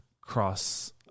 cross